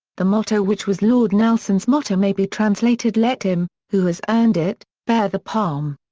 the motto which was lord nelson's motto may be translated let him, who has earned it, bear the palm.